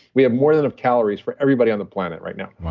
we have more than of calories for everybody on the planet right now.